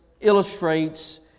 illustrates